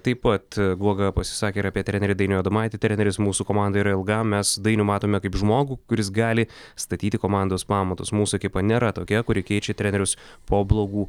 taip pat guoga pasisakė ir apie trenerį dainių adomaitį treneris mūsų komandoje yra ilgam mes dainių matome kaip žmogų kuris gali statyti komandos pamatus mūsų ekipa nėra tokia kuri keičia trenerius po blogų